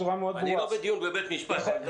אני לא בדיון בבית משפט.